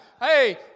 Hey